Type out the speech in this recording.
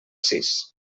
sis